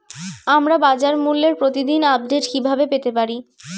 আমরা বাজারমূল্যের প্রতিদিন আপডেট কিভাবে পেতে পারি?